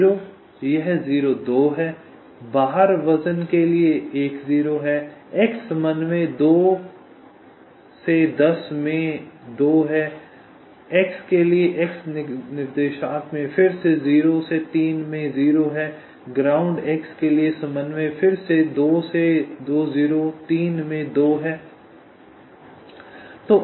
0 यह 02 है बाहर वजन के लिए 10 है x समन्वय 2 10 में 2 है एक्स के लिए x निर्देशांक में फिर से 0 3 में 0 है ग्राउंड x के लिए समन्वय फिर से 2 20 3 में 2 है